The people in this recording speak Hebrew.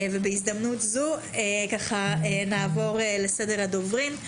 בהזדמנות זו נעבור לסדר הדוברים.